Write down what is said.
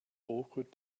awkward